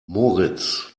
moritz